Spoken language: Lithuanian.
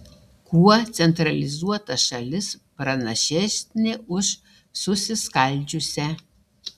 kuo centralizuota šalis pranašesnė už susiskaldžiusią